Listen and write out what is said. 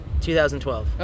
2012